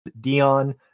Dion